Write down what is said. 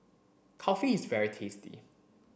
kulfi is very tasty